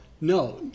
No